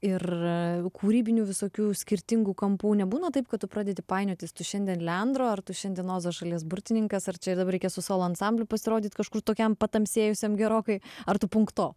ir kūrybinių visokių skirtingų kampų nebūna taip kad tu pradedi painiotis tu šiandien leandro ar tu šiandien ozo šalies burtininkas ar čia ir dabar reikia su solo ansambliu pasirodyti kažkur tokiam patamsėjusiam gerokai ar tu punkto